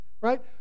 right